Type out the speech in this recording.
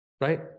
right